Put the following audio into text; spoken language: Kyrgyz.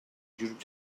жүрүп